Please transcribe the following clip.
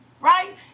right